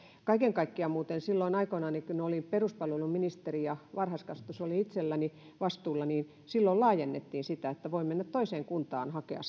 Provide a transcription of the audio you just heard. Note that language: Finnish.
kaiken kaikkiaan muuten silloin aikoinaan kun olin peruspalveluministeri ja varhaiskasvatus oli itselläni vastuulla laajennettiin sitä että voi mennä toiseen kuntaan hakea